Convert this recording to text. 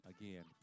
again